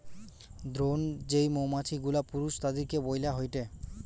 drone যেই মৌমাছি গুলা পুরুষ তাদিরকে বইলা হয়টে